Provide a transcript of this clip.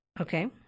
Okay